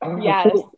Yes